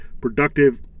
productive